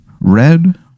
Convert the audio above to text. red